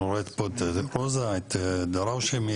בבקשה, אדוני ראש